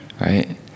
right